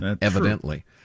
evidently